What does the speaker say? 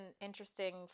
interesting